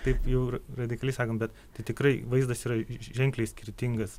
taip jau radikaliai sakom bet tai tikrai vaizdas yra ženkliai skirtingas